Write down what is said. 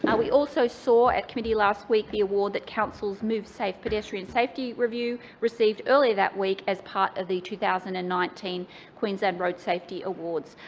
we also saw at committee last week the award that council's move safe pedestrian safety review received earlier that week as part of the two thousand and nineteen queensland road safety awards.